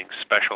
special